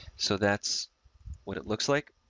so that's what it looks like.